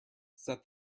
set